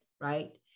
right